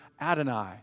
Adonai